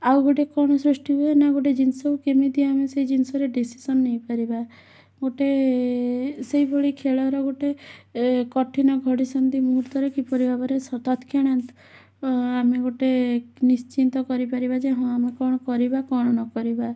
ଆଉ ଗୋଟେ କ'ଣ ସୃଷ୍ଟି ହୁଏ ନାଁ ଗୋଟେ ଜିନିଷକୁ କେମିତି ଆମେ ସେଇ ଜିନିଷରେ ଡିସିସନ୍ ନେଇପାରିବା ଗୋଟେ ସେଇଭଳି ଖେଳରେ ଗୋଟେ କଠିନ ଘଡ଼ି ସନ୍ଧି ମୁହୂର୍ତ୍ତରେ କିପରି ଭାବରେ ତତ୍କ୍ଷଣାତ ଆମେ ଗୋଟେ ନିଶ୍ଚିନ୍ତ କରିପାରିବା ଯେ ହଁ ଆମେ କ'ଣ କରିବା କ'ଣ ନ କରିବା